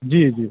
जी जी